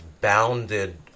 bounded